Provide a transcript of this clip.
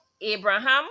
Abraham